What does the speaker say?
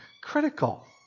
critical